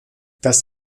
das